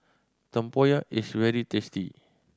tempoyak is very tasty